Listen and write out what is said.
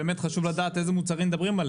באמת חשוב לדעת על איזה מוצרים מדברים.